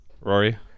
Rory